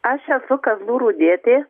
aš esu kazlų rūdietė